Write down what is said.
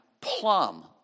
plum